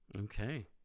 Okay